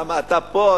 למה אתה פה,